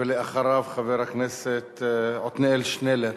ולאחריו, חבר הכנסת עתניאל שנלר.